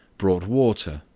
brought water,